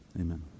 Amen